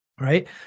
Right